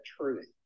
truth